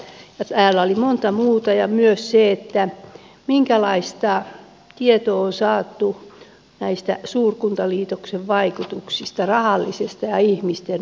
ja täällä oli monta muuta kysymystä myös se minkälaista tietoa on saatu näistä suurkuntaliitoksen vaikutuksista sekä rahallisista että vaikutuksista ihmisten arkeen